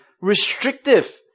restrictive